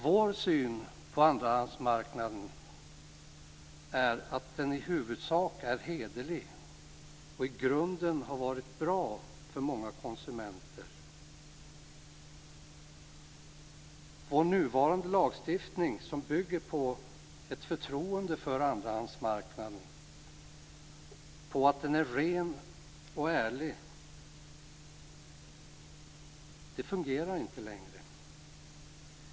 Vår syn på andrahandsmarknaden är att den i huvudsak är hederlig och i grunden har varit bra för många konsumenter. Vår nuvarande lagstiftning som bygger på ett förtroende för andrahandsmarknaden, på att den är ren och ärlig, fungerar inte längre.